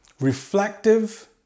Reflective